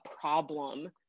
problem